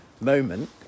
moment